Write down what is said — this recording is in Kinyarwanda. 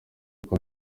yuko